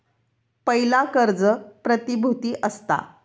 पयला कर्ज प्रतिभुती असता